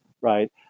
right